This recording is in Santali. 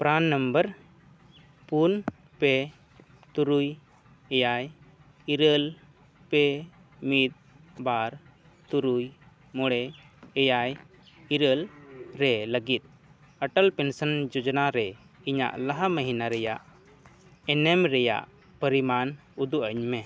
ᱯᱨᱟᱱ ᱱᱟᱢᱵᱟᱨ ᱯᱩᱱ ᱯᱮ ᱛᱩᱨᱩᱭ ᱮᱭᱟᱭ ᱤᱨᱟᱹᱞ ᱯᱮ ᱢᱤᱫ ᱵᱟᱨ ᱛᱩᱨᱩᱭ ᱢᱚᱬᱮ ᱮᱭᱟᱭ ᱤᱨᱟᱹᱞ ᱨᱮ ᱞᱟᱹᱜᱤᱫ ᱚᱴᱚᱞ ᱯᱮᱱᱥᱚᱱ ᱡᱳᱡᱚᱱᱟᱨᱮ ᱤᱧᱟᱹᱜ ᱞᱟᱦᱟ ᱢᱟᱹᱦᱱᱟᱹ ᱨᱮᱱᱟᱜ ᱮᱱᱮᱢ ᱨᱮᱱᱟᱜ ᱯᱚᱨᱤᱢᱟᱱ ᱩᱫᱩᱜ ᱟᱹᱧᱢᱮ